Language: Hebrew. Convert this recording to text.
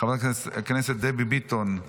חבר הכנסת יואב סגלוביץ'